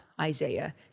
Isaiah